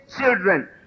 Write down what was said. children